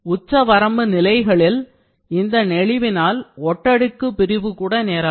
உச்சவரம்பு நிலையங்களில் இந்த நெழிவினால் ஒட்டடுக்கு பிரிவு கூட நேரலாம்